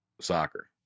soccer